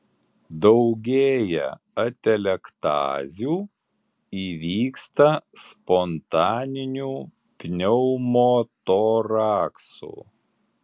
daugėja atelektazių įvyksta spontaninių pneumotoraksų